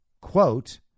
quote